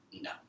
No